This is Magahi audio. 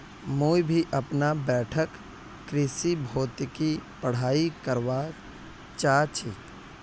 मुई भी अपना बैठक कृषि भौतिकी पढ़ाई करवा चा छी